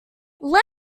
let